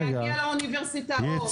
להגיע לאוניברסיטאות.